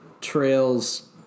Trails